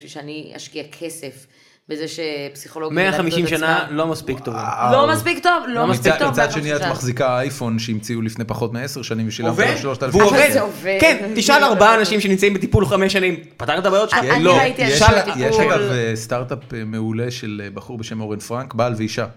שאני אשקיע כסף בזה שפסיכולוגיה, 150 שנה לא מספיק טוב, לא מספיק טוב, לא מספיק טוב, מצד שני את מחזיקה אייפון שהמציאו לפני פחות מ-10 שנים ושילמתם 3,000 שקל, עובד, אבל זה עובד, כן תשאל ארבעה אנשים שנמצאים בטיפול חמש שנים, פתר את הבעיות שלך? לא. אני הייתי עכשיו בטיפול, יש אגב סטארט-אפ מעולה של בחור בשם אורן פרנק בעל ואישה.